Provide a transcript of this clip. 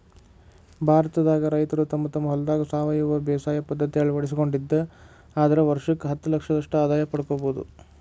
ಭಾರತದಾಗ ರೈತರು ತಮ್ಮ ತಮ್ಮ ಹೊಲದಾಗ ಸಾವಯವ ಬೇಸಾಯ ಪದ್ಧತಿ ಅಳವಡಿಸಿಕೊಂಡಿದ್ದ ಆದ್ರ ವರ್ಷಕ್ಕ ಹತ್ತಲಕ್ಷದಷ್ಟ ಆದಾಯ ಪಡ್ಕೋಬೋದು